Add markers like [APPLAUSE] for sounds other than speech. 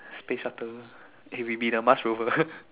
space shuttle eh we be the Mars rover [LAUGHS]